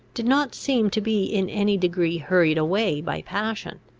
did not seem to be in any degree hurried away by passion.